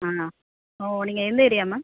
ஆ ஓ நீங்கள் எந்த ஏரியா மேம்